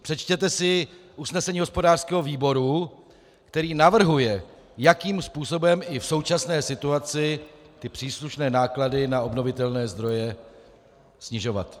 Přečtěte si usnesení hospodářského výboru, který navrhuje, jakým způsobem i v současné situaci příslušné náklady na obnovitelné zdroje snižovat.